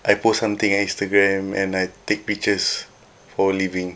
I post something at Instagram and I take pictures for living